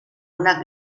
una